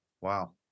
Wow